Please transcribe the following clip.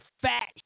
fat